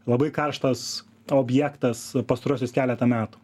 labai karštas objektas pastaruosius keletą metų